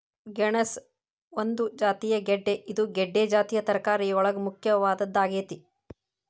ಗೆಣಸ ಒಂದು ಜಾತಿಯ ಗೆಡ್ದೆ ಇದು ಗೆಡ್ದೆ ಜಾತಿಯ ತರಕಾರಿಯೊಳಗ ಮುಖ್ಯವಾದದ್ದಾಗೇತಿ